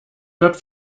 wird